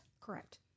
correct